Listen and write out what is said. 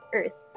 earth